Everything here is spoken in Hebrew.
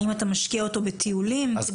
האם אתה משקיע אותו בטיולים, כדי ללמד על המורשת?